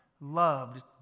loved